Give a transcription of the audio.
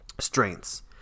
strengths